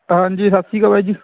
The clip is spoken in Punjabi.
ਹਾਂਜੀ ਸਤਿ ਸ਼੍ਰੀ ਅਕਾਲ ਬਾਈ ਜੀ